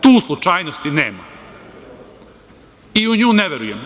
Tu slučajnosti nema i u nju ne verujem.